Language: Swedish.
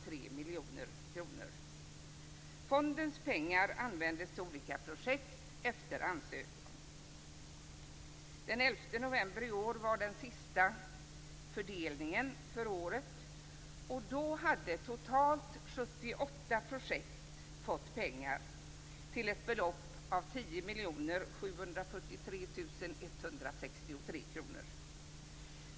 T.o.m. Fondens pengar användes till olika projekt efter ansökan. Den 11 november i år var det den sista fördelningen för året. Då hade totalt 78 projekt fått pengar till ett belopp av 10 743 163 kronor.